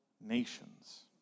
nations